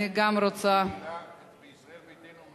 אני גם רוצה, נכון.